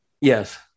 yes